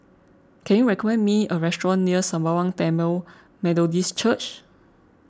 can you recommend me a restaurant near Sembawang Tamil Methodist Church